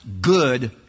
good